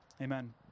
amen